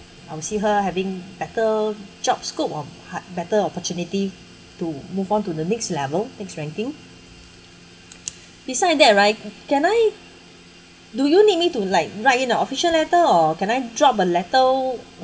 I would see her having better job scope or ha~ better opportunity to move on to the next level next ranking beside that right can I do you need me to like write in an official letter or can I drop a letter